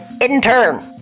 intern